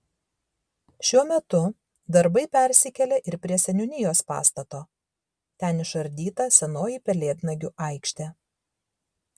šiuo metu darbai persikėlė ir prie seniūnijos pastato ten išardyta senoji pelėdnagių aikštė